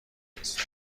دست